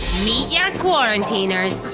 meet your quarantiners.